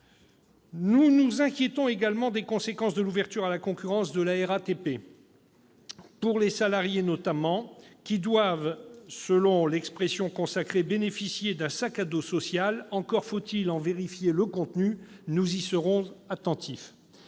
Nous nous inquiétons également des conséquences de l'ouverture à la concurrence de la RATP pour les salariés qui doivent bénéficier, selon l'expression consacrée, d'un « sac à dos social ». Encore faut-il en vérifier le contenu ! Nous y serons attentifs.